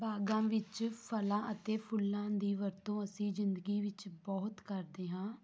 ਬਾਗਾਂ ਵਿੱਚ ਫਲਾਂ ਅਤੇ ਫੁੱਲਾਂ ਦੀ ਵਰਤੋਂ ਅਸੀਂ ਜ਼ਿੰਦਗੀ ਵਿੱਚ ਬਹੁਤ ਕਰਦੇ ਹਾਂ